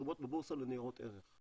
שרשומות בבורסה לניירות ערך,